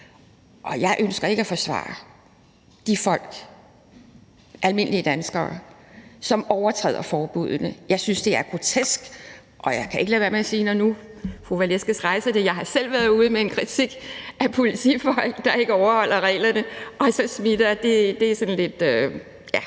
Jeg ønsker ikke at forsvare de folk, almindelige danskere, som overtræder forbuddene. Jeg synes, det er grotesk, og jeg kan ikke lade være med at sige, når nu fru Victoria Velasquez rejser det, at jeg selv har været ude med en kritik af politifolk, der ikke overholder reglerne og så smitter. Det er sådan lidt, ja,